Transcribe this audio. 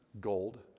gold